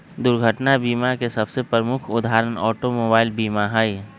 दुर्घटना बीमा के सबसे प्रमुख उदाहरण ऑटोमोबाइल बीमा हइ